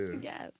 Yes